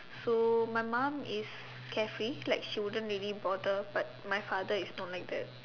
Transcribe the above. so my mom is care free like she wouldn't really bother but my father is not like that